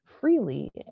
freely